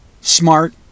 smart